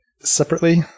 separately